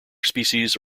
species